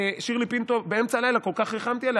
שירלי פינטו, באמצע הלילה כל כך ריחמתי עליה.